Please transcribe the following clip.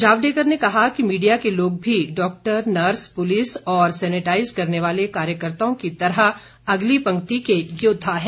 जावडेकर ने कहा कि मीडिया के लोग भी डॉक्टर नर्स पुलिस और सेनेटाइज करने वाले कार्यकर्ताओं की तरह अगली पंक्ति के योद्वा हैं